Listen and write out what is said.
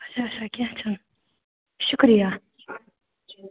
اچھاچھا کیٚنٛہہ چھُنہٕ شُکریہ